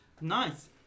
Nice